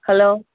hello